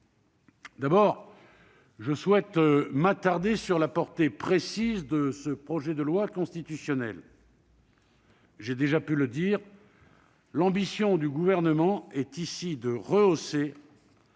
lequel je souhaite m'attarder est la portée précise de ce projet de loi constitutionnelle. J'ai déjà pu le dire, l'ambition du Gouvernement est ici de rehausser